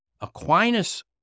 Aquinas